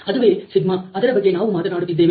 ಅದುವೇ ಸಿಗ್ನ σಅದರ ಬಗ್ಗೆ ನಾವು ಮಾತನಾಡುತ್ತಿದ್ದೇವೆ